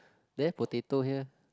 there potato here